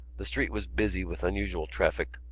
the street was busy with unusual traffic,